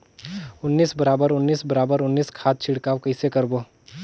उन्नीस बराबर उन्नीस बराबर उन्नीस खाद छिड़काव कइसे करबो?